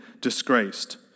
disgraced